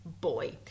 boy